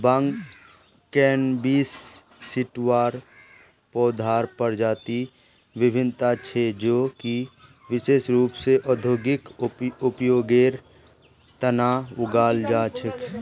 भांग cannabis sativa पौधार प्रजातिक विविधता छे जो कि विशेष रूप स औद्योगिक उपयोगेर तना उगाल जा छे